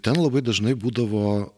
ten labai dažnai būdavo